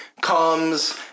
comes